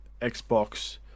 Xbox